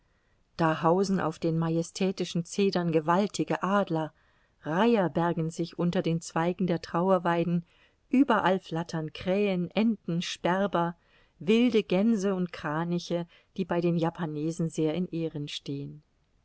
da hausen auf den majestätischen cedern gewaltige adler reiher bergen sich unter den zweigen der trauerweiden überall flattern krähen enten sperber wilde gänse und kraniche die bei den japanesen sehr in ehren stehen